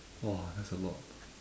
!wah! that's a lot